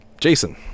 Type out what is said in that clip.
Jason